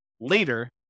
later